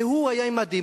והוא היה עם מדים.